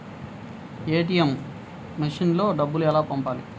ATM మెషిన్లో డబ్బులు ఎలా పంపాలి?